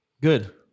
Good